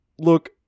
look